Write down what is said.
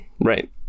right